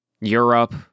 Europe